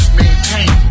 maintain